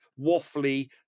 waffly